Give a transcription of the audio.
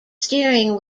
steering